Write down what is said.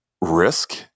risk